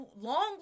long